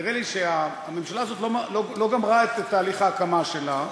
נראה לי שהממשלה לא גמרה את תהליך ההקמה שלה,